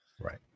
Right